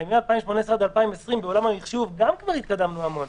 מ-2018 עד 2020 בעולם המחשוב גם התקדמנו המון.